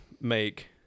make